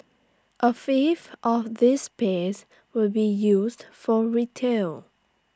A fifth of this space will be used for retail